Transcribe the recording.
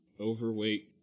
overweight